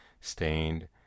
stained